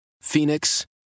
Phoenix